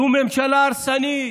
זו ממשלה הרסנית,